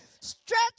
Stretch